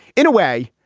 in a way,